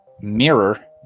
mirror